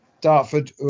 Dartford